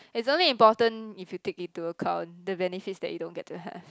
it's only important if you take it to account the benefits that you don't get to have